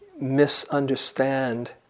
misunderstand